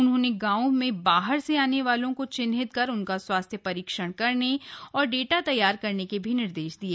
उन्होंने गांवों में बाहर से आने वालों को चिह्नित कर उनका स्वास्थ्य परीक्षण करने औऱ डाटा तैयार करने के निर्देश दिये